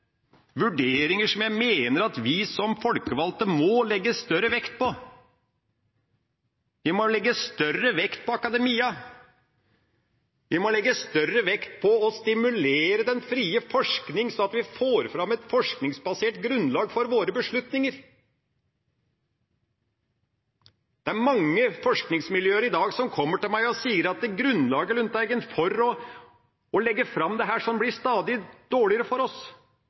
vurderinger jeg mener at vi som folkevalgte må legge større vekt på. Vi må legge større vekt på akademia. Vi må legge større vekt på å stimulere den frie forskning, sånn at vi får fram et forskningsbasert grunnlag for våre beslutninger. Det er mange forskningsmiljøer i dag som kommer til meg og sier at for dem blir grunnlaget for å legge fram forskningen stadig dårligere. De sier at de blir